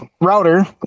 router